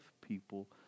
people